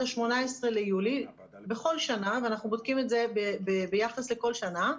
ה-19 ביולי בכל שנה ואנחנו בודקים את זה ביחס לכל שנה.